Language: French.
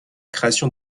création